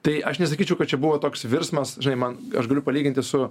tai aš nesakyčiau kad čia buvo toks virsmas žinai man aš galiu palyginti su